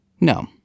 No